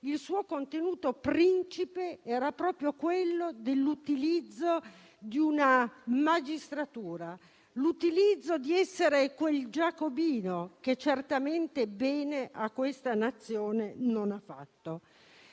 Il suo contenuto principe era proprio l'utilizzo della magistratura, di quell'essere giacobino che certamente bene a questa Nazione non ha fatto.